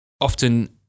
often